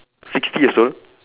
sixty years old